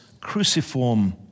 cruciform